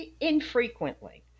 infrequently